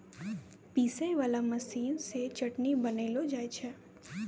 पीसै वाला मशीन से चटनी बनैलो जाय छै